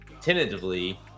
tentatively